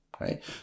right